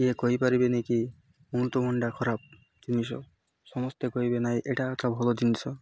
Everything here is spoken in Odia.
ଇଏ କହିପାରିବେନି କି ଅମୃତଭଣ୍ଡା ଖରାପ ଜିନିଷ ସମସ୍ତେ କହିବେ ନାହିଁ ଏଟା ଏକ ଭଲ ଜିନିଷ